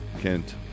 Kent